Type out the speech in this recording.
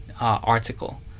article